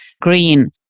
green